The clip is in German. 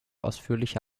ausführliche